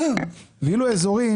לעומת אזורים